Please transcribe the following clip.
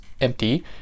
empty